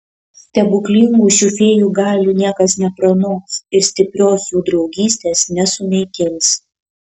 stebuklingų šių fėjų galių niekas nepranoks ir stiprios jų draugystės nesunaikins